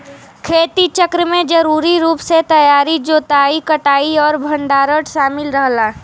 खेती चक्र में जरूरी रूप से तैयारी जोताई कटाई और भंडारण शामिल रहला